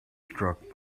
struck